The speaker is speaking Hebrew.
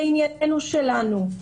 לענייננו שלנו,